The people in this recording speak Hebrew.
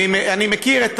אני מכיר את